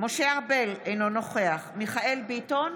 משה ארבל, אינו נוכח מיכאל מרדכי ביטון,